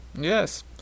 Yes